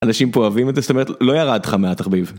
אנשים פה אוהבים את זה, זאת אומרת לא ירד לך מהתחביב.